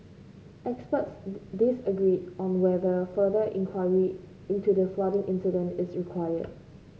experts disagreed on whether further inquiry into the flooding incident is required